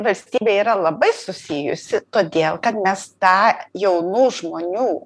valstybė yra labai susijusi todėl kad mes tą jaunų žmonių